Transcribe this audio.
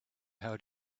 how